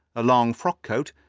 a long frock-coat,